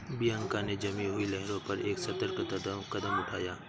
Bianca ने जमी हुई लहरों पर एक सतर्क कदम उठाया